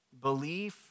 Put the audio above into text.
belief